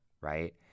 right